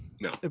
no